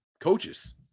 coaches